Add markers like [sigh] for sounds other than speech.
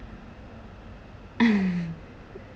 [laughs]